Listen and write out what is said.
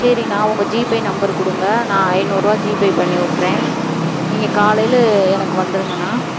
சரிண்ணா உங்கள் GPay number கொடுங்க நான் ஐநூறுபா ஜிபே பண்ணிவிட்றேன் நீங்கள் காலையில் எனக்கு வந்துடுங்கண்ணா